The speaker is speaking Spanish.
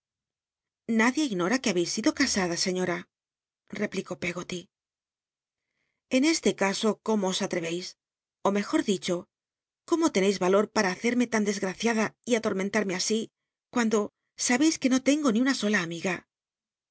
nadie ignora que habeis sido casada señom replicó pcggoty en ese c so como os atrcreis ó mejor dicho como tcneis ralor para hacerme tan desgraciada y alormentanue así cuando sabeis que no tengo ni una sola amiga